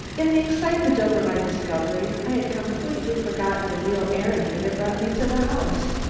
in the excitement over my discovery, i had completely forgotten the real errand that had brought me to the house.